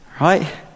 Right